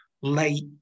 late